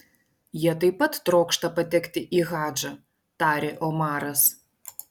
jie taip pat trokšta patekti į hadžą tarė omaras